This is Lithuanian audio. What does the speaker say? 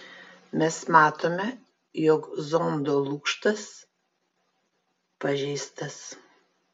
mes matome jog zondo lukštas pažeistas